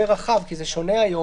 ייקראו,